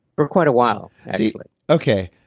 for quite a while actually like okay.